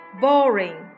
boring